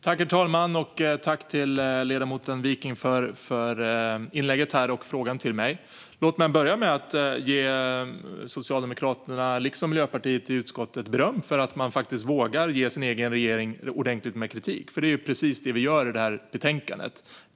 Herr talman! Tack, ledamoten Wiking, för inlägget och frågan till mig! Låt mig börja med att ge socialdemokraterna och miljöpartisterna i utskottet beröm för att de vågar ge sin egen regering ordentlig kritik, för det är precis vad vi gör i betänkandet.